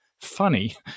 funny